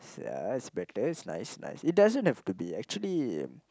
s~ ah it's better nice nice it doesn't have to be actually